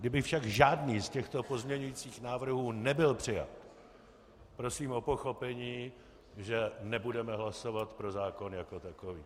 Kdyby však žádný z těchto pozměňujících návrhů nebyl přijat, prosím o pochopení, že nebudeme hlasovat pro zákon jako takový.